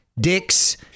dicks